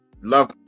love